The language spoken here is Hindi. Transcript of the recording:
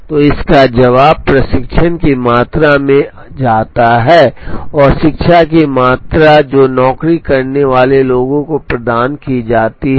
तो इसका जवाब प्रशिक्षण की मात्रा में आता है और शिक्षा की मात्रा जो नौकरी करने वाले लोगों को प्रदान की जाती है